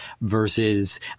versus